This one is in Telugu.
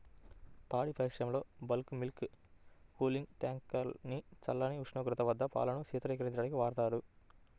పాడి పరిశ్రమలో బల్క్ మిల్క్ కూలింగ్ ట్యాంక్ ని చల్లని ఉష్ణోగ్రత వద్ద పాలను శీతలీకరించడానికి వాడతారు